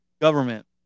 government